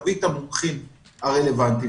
תביא את המומחים הרלוונטיים,